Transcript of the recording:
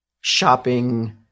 shopping